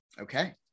okay